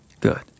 Good